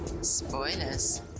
Spoilers